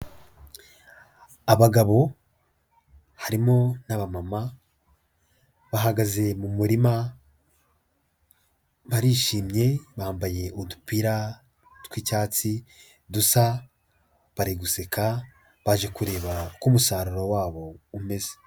Abagabo harimo n'abamama, bahagaze mu murima, barishimye bambaye udupira tw'icyatsi dusa, bari guseka, baje kureba uko umusaruro wabo umeze.